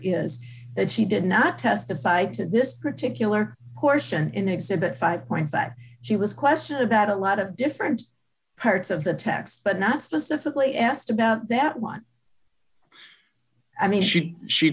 is that she did not testify to this particular portion in exhibit five point that she was questioned about a lot of different parts of the text but not specifically asked about that one i mean she she